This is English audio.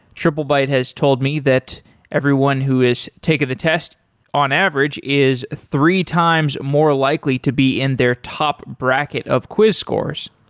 triplebyte has told me that everyone who has taken the test on average is three times more likely to be in their top bracket of quiz course.